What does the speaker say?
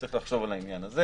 צריך לחשוב על העניין הזה.